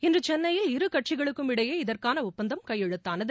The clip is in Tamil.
இன்று சென்னையில் இரு கட்சிகளுக்கும் இடையே இதற்கான ஒப்பந்தம் கையெழுத்தானது